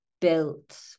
built